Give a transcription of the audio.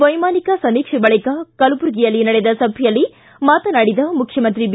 ವೈಮಾನಿಕ ಸಮೀಕ್ಷೆ ಬಳಿಕ ಕಲಬುರಗಿಯಲ್ಲಿ ನಡೆದ ಸಭೆಯ ಮಾತನಾಡಿದ ಮುಖ್ಯಮಂತ್ರಿ ಬಿ